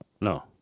No